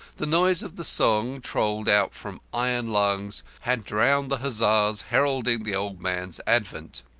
the noise of the song, trolled out from iron lungs, had drowned the huzzahs heralding the old man's advent.